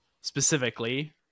Specifically